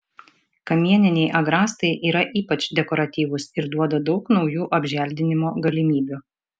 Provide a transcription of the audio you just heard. kamieniniai agrastai yra ypač dekoratyvūs ir duoda daug naujų apželdinimo galimybių